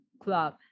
Club